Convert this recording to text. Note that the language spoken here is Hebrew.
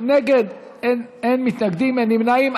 אין מתנגדים, אין נמנעים.